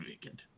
vacant